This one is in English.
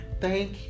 thank